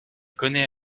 connaît